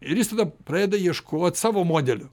ir jis tada pradeda ieškot savo modelių